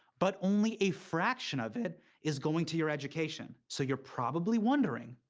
but only a fraction of it is going to your education. so you're probably wondering.